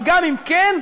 אבל גם אם כן,